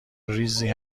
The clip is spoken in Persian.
ریزی